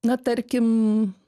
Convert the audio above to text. na tarkim